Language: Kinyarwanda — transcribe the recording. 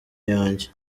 yanjye